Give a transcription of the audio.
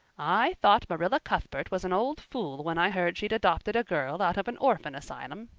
i thought marilla cuthbert was an old fool when i heard she'd adopted a girl out of an orphan asylum,